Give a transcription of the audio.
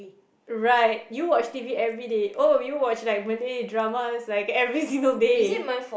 right you watch t_v everyday oh you watch like Malay dramas like every single day